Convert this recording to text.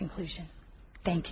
conclusion thank